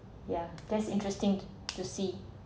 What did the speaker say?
yeah that's interesting to see